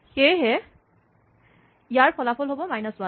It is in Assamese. সেয়েহে ইয়াৰ ফলাফল হ'ব মাইনাছ ৱান